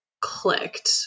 clicked